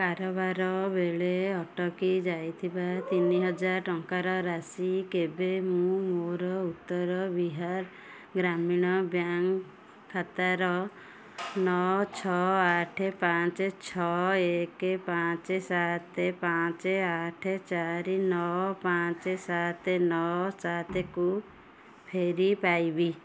କାରବାର ବେଳେ ଅଟକି ଯାଇଥିବା ତିନିହଜାର ଟଙ୍କାର ରାଶି କେବେ ମୁଁ ମୋର ଉତ୍ତର ବିହାର ଗ୍ରାମୀଣ ବ୍ୟାଙ୍କ୍ ଖାତାର ନଅ ଛଅ ଆଠ ପାଞ୍ଚ ଛଅ ଏକ ପାଞ୍ଚ ସାତ ପାଞ୍ଚ ଆଠ ଚାରି ନଅ ପାଞ୍ଚ ସାତ ନଅ ସାତକୁ ଫେରି ପାଇବି